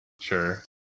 Sure